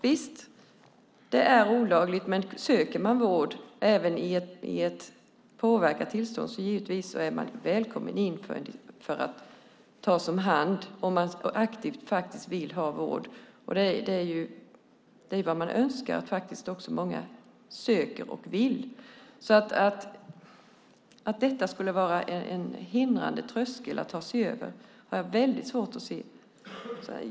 Visst, det är olagligt, men om man söker vård även i ett påverkat tillstånd är man naturligtvis välkommen in för att tas om hand om man aktivt söker vård. Det man önskar är att många söker och vill ha vård. Att detta skulle vara en hindrande tröskel att ta sig över har jag väldigt svårt att se.